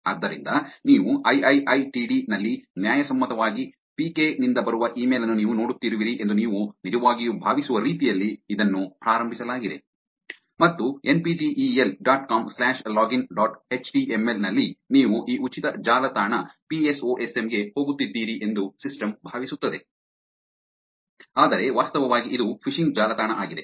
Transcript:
ಆದ್ದರಿಂದ ನೀವು ಐಐಐಟಿಡಿ ನಲ್ಲಿ ನ್ಯಾಯಸಮ್ಮತವಾಗಿ ಪಿಕೆ ನಿಂದ ಬರುವ ಇಮೇಲ್ ಅನ್ನು ನೀವು ನೋಡುತ್ತಿರುವಿರಿ ಎಂದು ನೀವು ನಿಜವಾಗಿಯೂ ಭಾವಿಸುವ ರೀತಿಯಲ್ಲಿ ಇದನ್ನು ಪ್ರಾರಂಭಿಸಲಾಗಿದೆ ಮತ್ತು N P T E L dot com slash login dot H T M L ನಲ್ಲಿ ನೀವು ಈ ಉಚಿತ ಜಾಲತಾಣ psosm ಗೆ ಹೋಗುತ್ತಿದ್ದೀರಿ ಎಂದು ಸಿಸ್ಟಮ್ ಭಾವಿಸುತ್ತದೆ ಆದರೆ ವಾಸ್ತವವಾಗಿ ಇದು ಫಿಶಿಂಗ್ ಜಾಲತಾಣ ಆಗಿದೆ